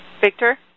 victor